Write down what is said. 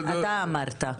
אתה אמרת.